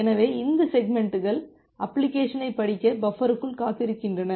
எனவே இந்த செக்மெண்ட்கள் அப்ளிகேஷனைப் படிக்க பஃபருக்குள் காத்திருக்கின்றன